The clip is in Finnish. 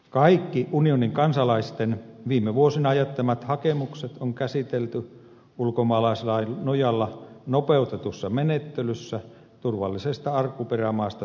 kaikki unionin kansalaisten viime vuosina jättämät hakemukset on käsitelty ulkomaalaislain nojalla nopeutetussa menettelyssä turvallisesta alkuperämaasta saapumisen perusteella